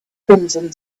crimson